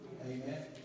Amen